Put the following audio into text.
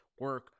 Work